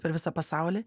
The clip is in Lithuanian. per visą pasaulį